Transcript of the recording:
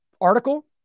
article